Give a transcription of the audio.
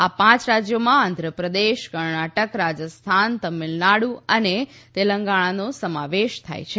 આ પાંચ રાજયોમાં આંધ્રપ્રદેશ કર્ણાટક રાજસ્થાન તમીલનાડુ અને તેલંગણાનો સમાવેશ થાય છે